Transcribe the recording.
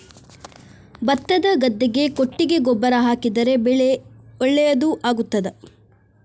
ಭತ್ತದ ಗದ್ದೆಗೆ ಕೊಟ್ಟಿಗೆ ಗೊಬ್ಬರ ಹಾಕಿದರೆ ಬೆಳೆ ಒಳ್ಳೆಯದು ಆಗುತ್ತದಾ?